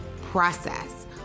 process